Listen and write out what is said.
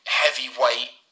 heavyweight